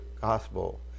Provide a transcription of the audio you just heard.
gospel